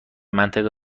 منطقه